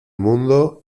mundo